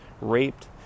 raped